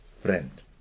friend